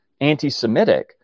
anti-Semitic